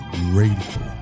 grateful